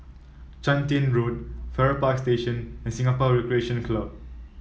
Chun Tin Road Farrer Park Station and Singapore Recreation Club